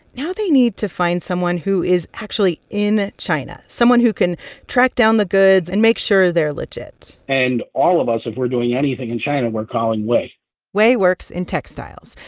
now they need to find someone who is actually in china, someone who can track down the goods and make sure they're legit and all of us, if we're doing anything in china, we're calling wei wei works in textiles.